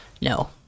No